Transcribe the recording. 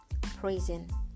praising